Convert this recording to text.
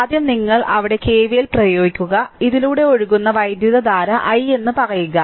ആദ്യം നിങ്ങൾ ഇവിടെ K V L പ്രയോഗിക്കുക ഇതിലൂടെ ഒഴുകുന്ന വൈദ്യുതധാര i എന്ന് പറയുക